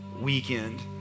weekend